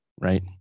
right